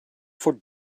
for